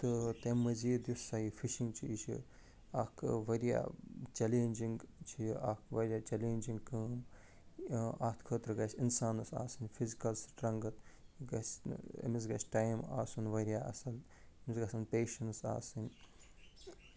تہٕ تَمہِ مٔزیٖد یُس ہَسا یہِ فِشِنٛگ چھِ یہِ چھِ اکھ وارِیاہ چَلینٛجِنٛگ چھِ یہِ اکھ وارِیاہ چَلینٛجِنٛگ کٲم اَتھ خٲطرٕ گَژھِ اِنسانس آسٕنۍ فِزکَل سٕٹرنٛگٕتھ گَژھِ نہٕ أمِس گَژھِ ٹایِم آسُن وارِیاہ اصٕل أمِس گَژھَن پیشنٕس آسٕنۍ